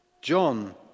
John